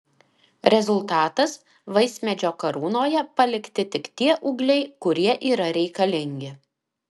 rezultatas vaismedžio karūnoje palikti tik tie ūgliai kurie yra reikalingi